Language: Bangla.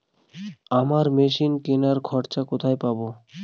আমরা মেশিন কেনার খরচা কোথায় পাবো?